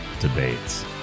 debates